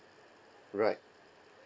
right